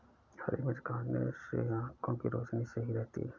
हरी मिर्च खाने से आँखों की रोशनी सही रहती है